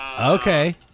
Okay